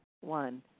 One